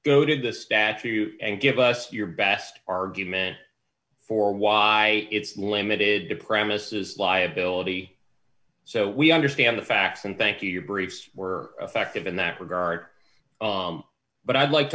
go to the statute and give us your best argument for why it's limited to premises liability so we understand the facts and thank you briefs were effective in that regard but i'd like to